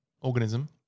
organism